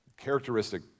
characteristic